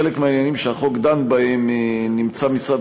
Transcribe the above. בחלק מהעניינים שהחוק דן בהם נמצא משרד